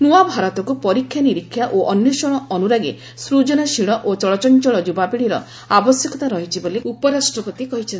ନୂଆ ଭାରତକୁ ପରୀକ୍ଷାନିରୀକ୍ଷା ଓ ଅନ୍ଧେଷଣ ଅନୁରାଗୀ ସୃଜନଶୀଳ ଓ ଚଳଚଞ୍ଚଳ ଯୁବାପିଢିର ଆବଶ୍ୟକତା ରହିଛି ବୋଲି ସେ କହିଛନ୍ତି